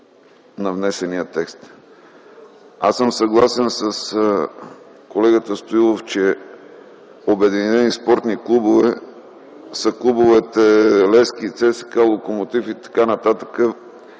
Аз съм съгласен с колегата Стоилов, че Обединени спортни клубове са клубовете „Левски”, ЦСКА, „Локомотив” и така